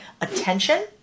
attention